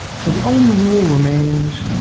so the only rule remains.